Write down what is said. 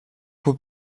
would